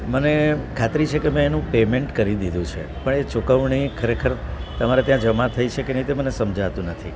મને ખાતરી છે કે મેં એનું પેમેન્ટ કરી દીધું છે પણ એ ચુકવણી ખરેખર તમારે ત્યાં જમા થઈ છે કે નહીં એ મને સમજાતું નથી